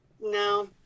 no